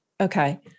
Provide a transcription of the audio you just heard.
okay